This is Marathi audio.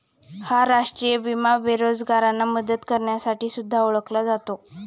हा राष्ट्रीय विमा बेरोजगारांना मदत करण्यासाठी सुद्धा ओळखला जातो